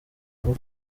vuba